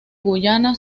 guyana